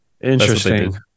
Interesting